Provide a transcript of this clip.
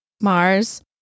Mars